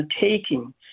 taking